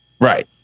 Right